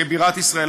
כבירת ישראל,